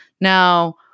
Now